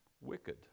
Wicked